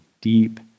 deep